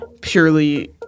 purely